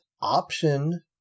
option